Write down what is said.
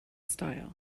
style